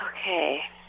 Okay